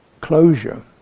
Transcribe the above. closure